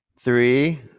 three